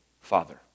father